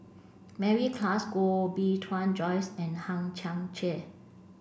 Mary Klass Koh Bee Tuan Joyce and Hang Chang Chieh